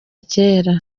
kera